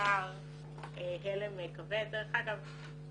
דרך אגב,